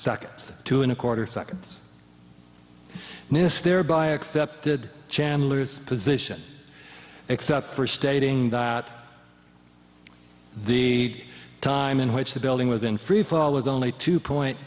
seconds two and a quarter seconds mistery by accepted chandler's position except for stating that the time in which the building was in free fall was only two point